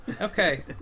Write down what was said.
Okay